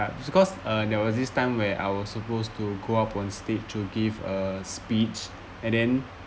but because uh there was this time where I was supposed to go up on stage to give a speech and then